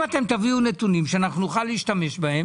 אם אתם תביאו נתונים שאנחנו נוכל להשתמש בהם